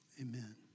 Amen